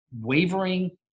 wavering